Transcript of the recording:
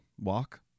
walk